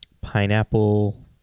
pineapple